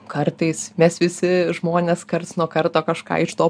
kartais mes visi žmonės karts nuo karto kažką iš to